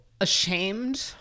ashamed